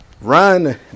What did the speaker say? Run